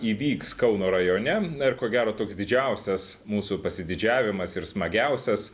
įvyks kauno rajone ir ko gero toks didžiausias mūsų pasididžiavimas ir smagiausias